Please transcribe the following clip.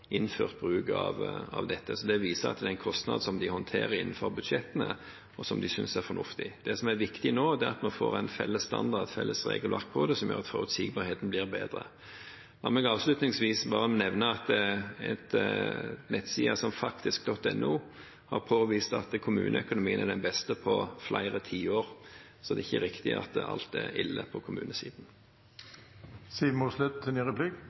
innført bruk av dette. Så det viser at det er en kostnad som de håndterer innenfor budsjettene, og som de synes er fornuftig. Det som er viktig nå, er at vi får en felles standard, et felles regelverk, på dette som gjør at forutsigbarheten blir bedre. La meg avslutningsvis nevne at en nettside som faktisk.no har påvist at kommuneøkonomien er den beste på flere tiår. Så det er ikke riktig at alt er ille på